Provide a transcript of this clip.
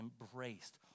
embraced